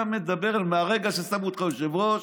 מרגע ששמו אותך יושב-ראש,